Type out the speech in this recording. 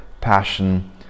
passion